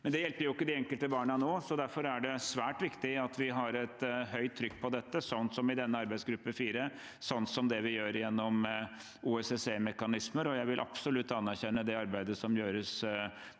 Det hjelper likevel ikke de enkelte barna nå. Derfor er det svært viktig at vi har et høyt trykk på dette, slik som i denne arbeidsgruppe 4, slik som det vi gjør gjennom OSSE-mekanismer. Jeg vil absolutt anerkjenne det arbeidet som gjøres, bl.a.